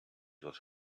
what